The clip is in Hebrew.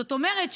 זאת אומרת,